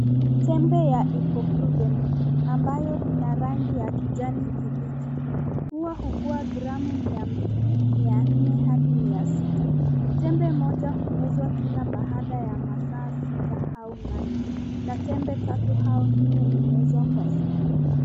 Tembe ya ibuprofen, ambayo ina rangi ya kijani kibichi. Huwa hukuwa gramu mia mbili, mia nne, hadi mia sita. Temba moja humezwa kila baada ya masaa sita au nane, na tembe tatu au nne humezwa kwa siku.